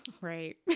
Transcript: right